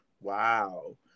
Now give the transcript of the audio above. Wow